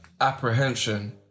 apprehension